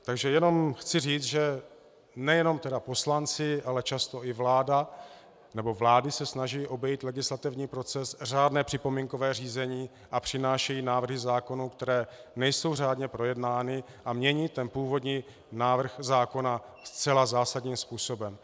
Takže jenom chci říct, že nejenom poslanci, ale často i vlády se snaží obejít legislativní proces, řádné připomínkové řízení, a přinášejí návrhy zákonů, které nejsou řádně projednány a mění ten původní návrh zákona zcela zásadním způsobem.